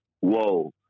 whoa